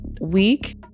week